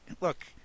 look